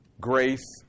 Grace